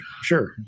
Sure